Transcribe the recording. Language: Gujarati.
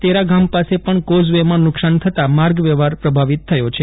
તેરા ગામ પાસે પણ કોઝવેમાં નુકશાન થતા માર્ગ વ્યવફાર પ્રભાવિત થયો છે